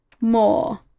more